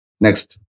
Next